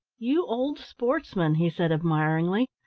you old sportsman! he said admiringly.